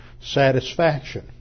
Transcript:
satisfaction